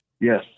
Yes